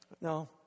No